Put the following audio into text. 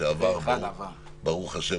שברוך ה',